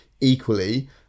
Equally